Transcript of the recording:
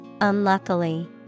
unluckily